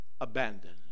abandoned